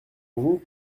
vous